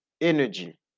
energy